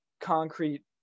concrete